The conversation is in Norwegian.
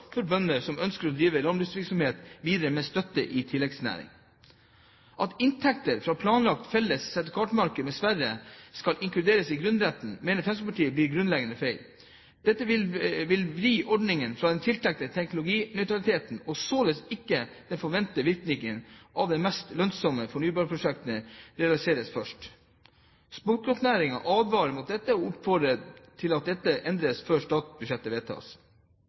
for bønder som ønsker å drive landbruksvirksomheten videre med støtte i tilleggsnæringer. At inntekter fra det planlagte felles sertifikatmarkedet med Sverige skal inkluderes i grunnrenten, mener Fremskrittspartiet blir grunnleggende feil. Dette vil vri ordningen fra den tiltenkte teknologinøytraliteten, og vil således ikke få den forventede virkningen at de mest lønnsomme fornybarprosjektene realiseres først. Småkraftnæringen advarer mot dette og oppfordrer til at dette endres før statsbudsjettet vedtas.